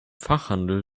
fachhandel